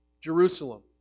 Jerusalem